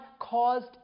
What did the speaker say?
caused